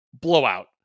Blowout